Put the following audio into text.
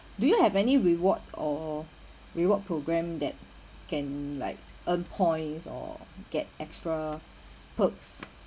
do you have any reward or reward programme that can like earn points or get extra perks